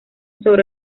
sobre